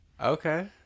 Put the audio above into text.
okay